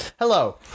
Hello